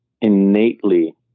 innately